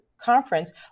conference